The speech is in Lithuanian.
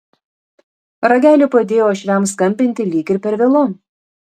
ragelį padėjo uošviams skambinti lyg ir per vėlu